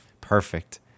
perfect